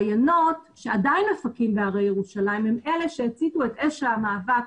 מעיינות שעדיין עסוקים בהרי ירושלים הם אלה שהציתו את אש המאבק